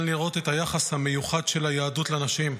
לראות את היחס המיוחד של היהדות לנשים.